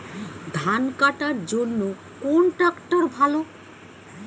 ধান কাটার জন্য কোন ট্রাক্টর ভালো?